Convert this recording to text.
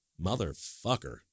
Motherfucker